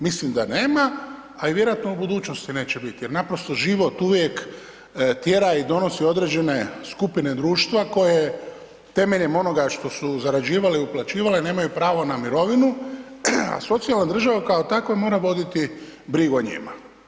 Mislim da nema, a vjerojatno u budućnosti neće biti jer naprosto život uvijek tjera i donosi određene skupine društva koje temeljem onoga što su zarađivale i uplaćivale nemaju pravo na mirovinu, a socijalna država kao takva mora voditi brigu o njima.